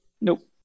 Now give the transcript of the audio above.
Nope